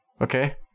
okay